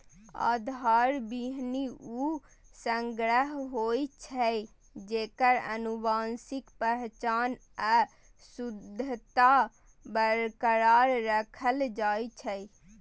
आधार बीहनि ऊ संग्रह होइ छै, जेकर आनुवंशिक पहचान आ शुद्धता बरकरार राखल जाइ छै